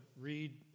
read